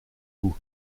coup